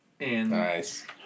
Nice